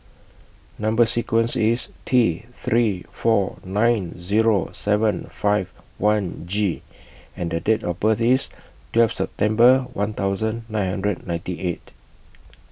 Number sequence IS T three four nine Zero seven five one G and The Date of birth IS twelfth September one thousand nine hundred ninety eight